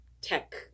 tech